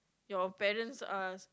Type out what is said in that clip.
your parents are